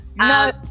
No